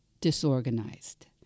disorganized